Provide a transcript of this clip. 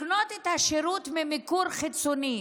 לקנות את השירות ממקור חיצוני,